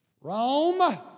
Rome